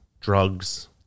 drugs